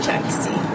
Taxi